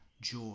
joy